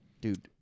dude